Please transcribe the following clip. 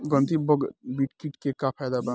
गंधी बग कीट के का फायदा बा?